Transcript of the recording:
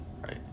right